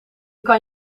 kan